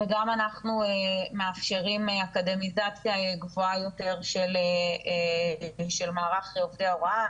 וגם אנחנו מאפשרים אקדמיזציה גבוהה יותר של מערך עובדי ההוראה,